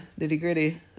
nitty-gritty